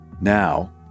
Now